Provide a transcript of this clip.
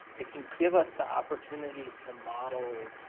it can give us the opportunity to model